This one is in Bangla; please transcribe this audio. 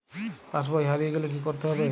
পাশবই হারিয়ে গেলে কি করতে হবে?